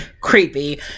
creepy